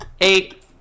Eight